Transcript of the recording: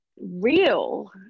real